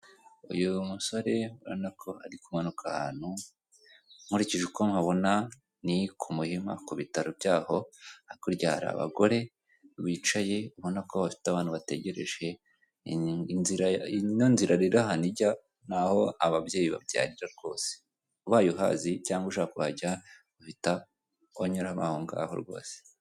Uyu musore urabona ko ari kumanuka ahantu, nkurikije uko mpabona ni ku Muhima ku bitaro byaho, hakurya hari abagore bicaye ubona ko bafite abantu bategereje, inzira ino nzira rero ahantu ijya ni aho ababyeyi babyarira rwose. Ubaye uhazi cyangwa ushaka kuhajya, uhita unyuramo aho ngaho rwose.